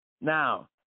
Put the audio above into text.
Now